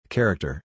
Character